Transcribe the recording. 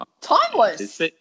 Timeless